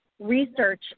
research